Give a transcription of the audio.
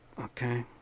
okay